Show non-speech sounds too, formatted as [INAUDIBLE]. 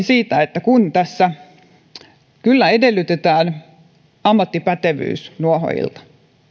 [UNINTELLIGIBLE] siitä että tässä kyllä edellytetään ammattipätevyyttä nuohoojilta